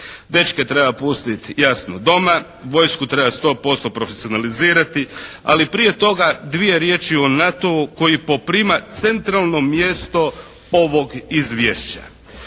Dečke treba pustiti, jasno doma. Vojsku treba 100% profesionalizirati, ali prije toga dvije riječi o NATO-u koji poprima centralno mjesto ovog izvješća.